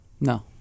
No